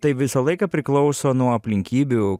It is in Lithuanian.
tai visą laiką priklauso nuo aplinkybių